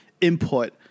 input